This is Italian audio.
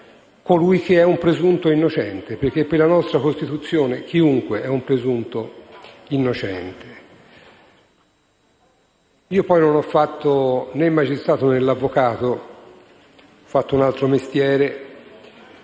che è un presunto innocente, atteso che per la nostra Costituzione chiunque è un presunto innocente. Io non ho fatto né il magistrato né l'avvocato, ma un altro mestiere